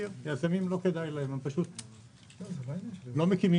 וליזמים זה לא כדאי, הם פשוט לא מקימים.